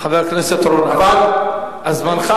חבר הכנסת אורון, אני מסיים.